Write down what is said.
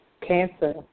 Cancer